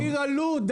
מחיר עלות.